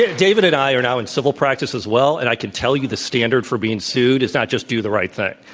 ah david and i are now in civil practice as well, and i can tell you the standard for being sued is not just, do the right thing.